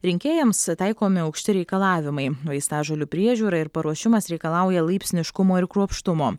rinkėjams taikomi aukšti reikalavimai vaistažolių priežiūra ir paruošimas reikalauja laipsniškumo ir kruopštumo